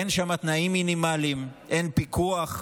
אין שם תנאים מינימליים, אין פיקוח.